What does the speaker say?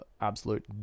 absolute